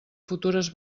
futures